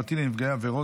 2024,